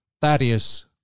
Thaddeus